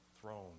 throne